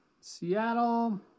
Seattle